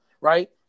Right